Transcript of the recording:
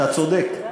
אתה צודק.